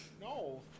No